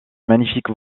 magnifique